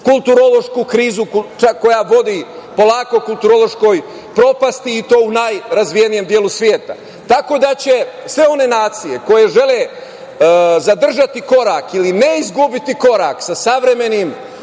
kulturološku krizu, koja vodi polako kulturološkoj propasti i to u najrazvijenijem delu sveta. Tako da, sve one nacije koje žele zadržati korak ili neizgubiti korak sa savremenim,